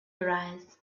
arise